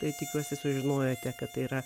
tai tikiuosi sužinojote kad tai yra